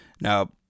now